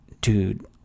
Dude